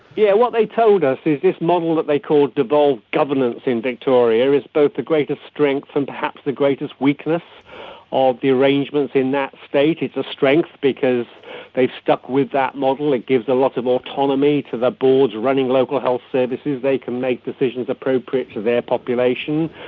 yeah what they told us is this model that they call devolved governance in victoria is both the greatest strength and perhaps the greatest weakness of the arrangements in that state. it's a strength because they stuck with that model, it gives a lot of autonomy to the boards running local health services, they can make decisions appropriate to their population.